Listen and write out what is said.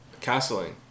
castling